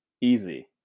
Easy